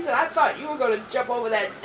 i thought you were going to jump over that